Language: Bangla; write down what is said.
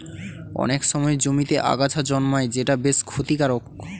অনেক সময় জমিতে আগাছা জন্মায় যেটা বেশ ক্ষতিকারক